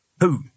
Who